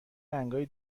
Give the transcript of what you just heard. رنگای